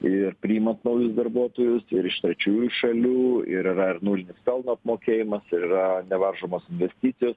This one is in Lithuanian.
ir priimant naujus darbuotojus ir iš trečiųjų šalių ir yra ir nulinis pelno apmokėjimas yra nevaržomos investicijos